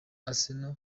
arsenal